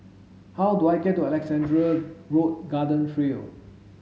how do I get to Alexandra Road Garden Trail